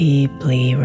Deeply